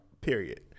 period